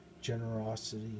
generosity